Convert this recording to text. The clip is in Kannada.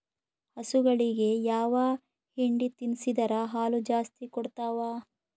ಹಸುಗಳಿಗೆ ಯಾವ ಹಿಂಡಿ ತಿನ್ಸಿದರ ಹಾಲು ಜಾಸ್ತಿ ಕೊಡತಾವಾ?